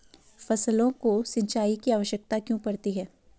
फसलों को सिंचाई की आवश्यकता क्यों पड़ती है?